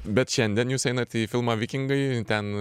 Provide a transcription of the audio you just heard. bet šiandien jūs einat į filmą vikingai ten